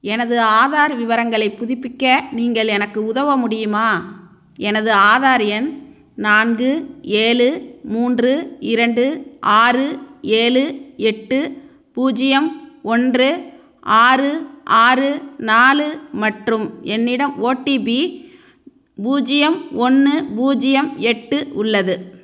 எனது ஆதார் விவரங்களைப் புதுப்பிக்க நீங்கள் எனக்கு உதவ முடியுமா எனது ஆதார் எண் நான்கு ஏழு மூன்று இரண்டு ஆறு ஏழு எட்டு பூஜ்ஜியம் ஒன்று ஆறு ஆறு நாலு மற்றும் என்னிடம் ஓடிபி பூஜ்ஜியம் ஒன்று பூஜ்ஜியம் எட்டு உள்ளது